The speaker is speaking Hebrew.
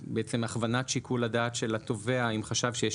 הכוונת שיקול הדעת של התובע אם חשב שיש